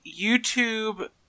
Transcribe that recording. YouTube